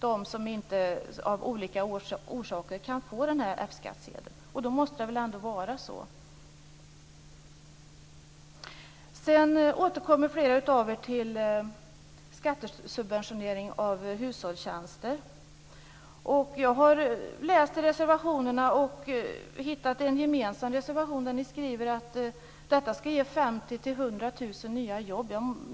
Det finns alltid de som av olika orsaker inte kan få den här F skattsedeln. Då måste det väl ändå vara så här? Sedan återkommer flera av er till skattesubventionering av hushållstjänster. Jag har läst i reservationerna och hittat en gemensam reservation där ni skriver att detta skall ge 50 000-100 000 nya jobb.